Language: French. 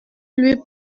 lui